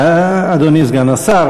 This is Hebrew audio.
אדוני סגן השר,